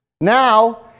Now